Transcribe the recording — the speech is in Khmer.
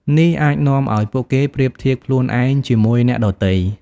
នេះអាចនាំឱ្យពួកគេប្រៀបធៀបខ្លួនឯងជាមួយអ្នកដទៃ។